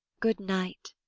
good night!